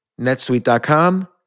netsuite.com